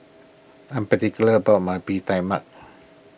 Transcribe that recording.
I am particular about my Bee Tai Mak